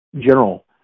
General